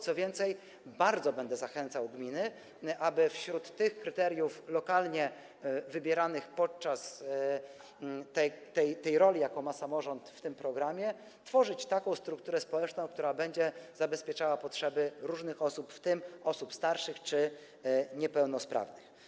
Co więcej, bardzo będę zachęcał gminy, aby co do tych kryteriów lokalnie wybieranych w ramach roli, jaką ma samorząd w tym programie, tworzyć taką strukturę społeczną, która będzie zabezpieczała potrzeby różnych osób, w tym osób starszych czy niepełnosprawnych.